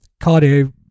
cardio